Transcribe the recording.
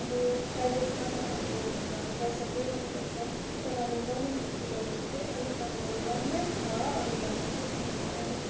अब प्राइभेटमा त अब हुनु त अब पैसा पे गर्नुपर्छ तर अब गभर्मेन्ट हस्पिटलहरू चाहिँ अलिक अब राम्रै छ अरूभन्दा चाहिँ किनभने अब